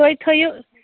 تُہۍ تھٔیِو